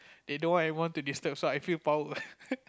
they don't want anyone to disturb so I feel power